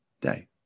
day